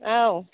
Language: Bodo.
औ